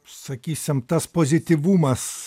sakysim tas pozityvumas